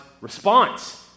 response